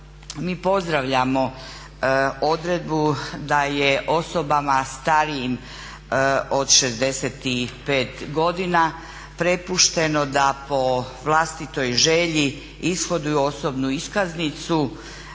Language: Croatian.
mi pozdravljamo odredbu da je osobama starijim od 65 godina prepušteno da po vlastitoj želji ishoduju osobnu iskaznici